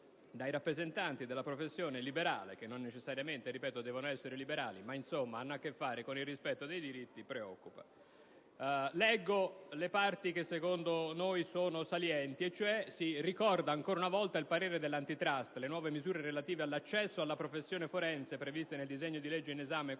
dai rappresentanti della professione liberale - che non necessariamente, ripeto, devono essere liberali, ma che tuttavia hanno a che fare con il rispetto dei diritti - preoccupa. Leggo le parti che secondo noi sono salienti. Si ricorda cioè ancora una volta il parere dell'*Antitrust*, dove si rileva che le nuove misure relative all'accesso alla professione forense, previste nel disegno di legge in esame,